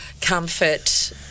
comfort